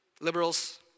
liberals